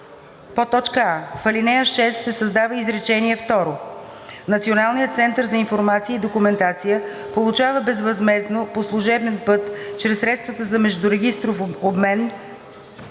В чл. 2а: а) в ал. 6 се създава изречение второ: „Националният център за информация и документация получава безвъзмездно по служебен път чрез средата за междурегистров обмен,